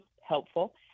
helpful